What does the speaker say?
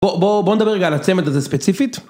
בואו בואו נדבר רגע על הצמד הזה ספציפית.